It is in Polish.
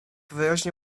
wyraźnie